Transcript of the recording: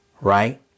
right